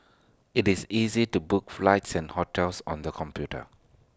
IT is easy to book flights and hotels on the computer